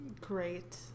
Great